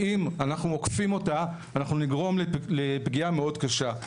ואם אנחנו עוקפים אותה אנחנו נגרום לפגיעה מאוד קשה.